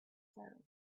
sound